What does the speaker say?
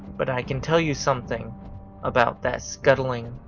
but i can tell you something about that scuttling,